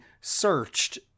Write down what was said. searched